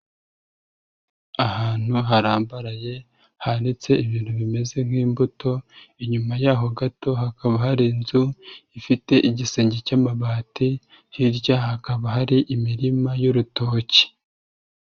Ahantu harambaraye, hanitse ibintu bimeze nk'imbuto, inyuma yaho gato hakaba hari inzu ifite igisenge cy'amabati, hirya hakaba hari imirima y'urutoki.